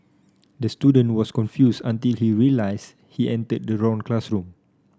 the student was confused until he realised he entered the wrong classroom